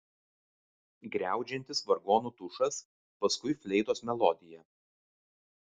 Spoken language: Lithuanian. griaudžiantis vargonų tušas paskui fleitos melodija